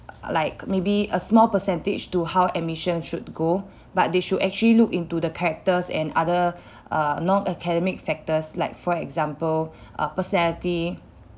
like maybe a small percentage to how admission should go but they should actually look into the characters and other uh non-academic factors like for example uh personality